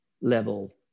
level